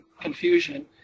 confusion